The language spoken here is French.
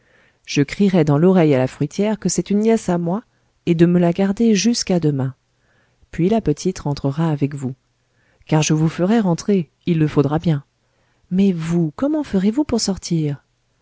je crierai dans l'oreille à la fruitière que c'est une nièce à moi et de me la garder jusqu'à demain puis la petite rentrera avec vous car je vous ferai rentrer il le faudra bien mais vous comment ferez-vous pour sortir